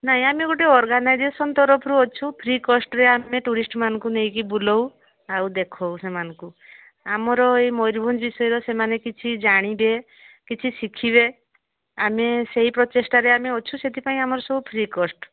ନାଇଁ ଆମେ ଗୋଟେ ଅର୍ଗନାଇଜେସନ୍ ତରଫରୁ ଅଛୁ ଫ୍ରି କଷ୍ଟରେ ଆମେ ଟୁରିଷ୍ଟମାନଙ୍କୁ ନେଇକି ବୁଲାଉ ଆଉ ଦେଖାଉ ସେମାନଙ୍କୁ ଆମର ଏଇ ମୟୂରଭଞ୍ଜ ବିଷୟରେ ସେମାନେ କିଛି ଜାଣିବେ କିଛି ଶିଖିବେ ଆମେ ସେହି ପ୍ରଚେଷ୍ଟାରେ ଆମେ ଅଛୁ ସେଥିପାଇଁ ଆମର ସବୁ ଫ୍ରି କଷ୍ଟ